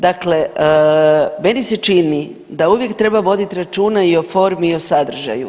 Dakle, meni se čini da uvijek treba vodit računa i o formi i o sadržaju.